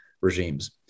regimes